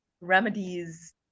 remedies